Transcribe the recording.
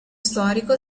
storico